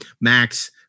Max